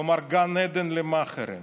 כלומר גן עדן למאכערים.